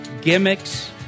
gimmicks